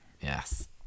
Yes